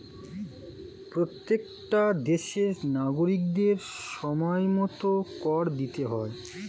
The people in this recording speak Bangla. প্রত্যেকটা দেশের নাগরিকদের সময়মতো কর দিতে হয়